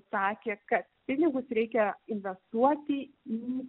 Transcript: sakė kad pinigus reikia investuoti į